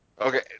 Okay